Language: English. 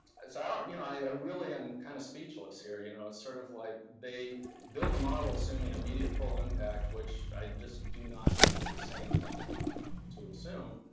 i um you know i really am kind of speechless here, you know. it's sort of like they build a model assuming immediate full impact, which i just do not think is a sane thing to to assume.